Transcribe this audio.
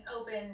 open